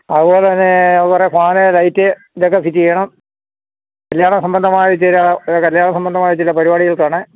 അതുപോലെ തന്നെ കുറേ ഫാന് ലൈറ്റ് ഇതൊക്കെ ഫിറ്റ് ചെയ്യണം ചില കല്യാണ സംബന്ധമായ ചില പരിപാടികൾക്കാണ്